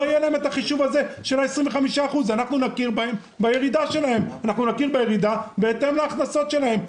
לא יהיה להם חישוב של ה-25% והאוצר יכיר בירידה בהתאם להכנסות שלהם.